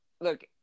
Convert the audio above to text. look